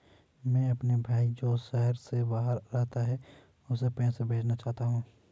मैं अपने भाई जो शहर से बाहर रहता है, उसे पैसे भेजना चाहता हूँ